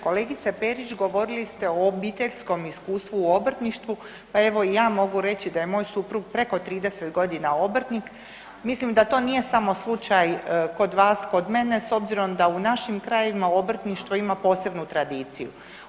Kolegice Perić, govorili ste o obiteljskom iskustvu u obrtništvu pa evo i ja mogu reći da je moj suprug preko 30 g. obrtnik, mislim da to nije samo slučaj kod vas, kod mene s obzirom da u našim krajevima, obrtništvo ima posebnu tradiciju.